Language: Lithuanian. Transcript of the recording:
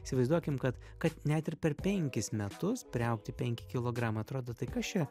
įsivaizduokim kad kad net ir per penkis metus priaugti penki kilogramai atrodo tai kas čia